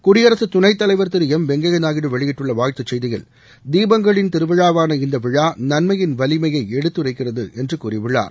குடியரசு துணைத் தலைவர் திரு எம் வெங்கைய நாயுடு வெளியிட்டுள்ள வாழ்த்துச் செய்தியில் தீபங்களின் திருவிழாவான இந்த விழா நன்மையின் வலிமையை எடுத்துரைக்கிறது என்று கூறியுள்ளார்